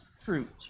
fruit